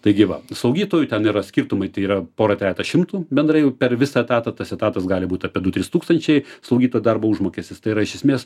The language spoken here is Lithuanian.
taigi va slaugytojų ten yra skirtumai tai yra pora trejeta šimtų bendrai jau per visą etatą tas etatas gali būt apie du trys tūkstančiai slaugytojo darbo užmokestis tai yra iš esmės